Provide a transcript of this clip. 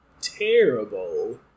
terrible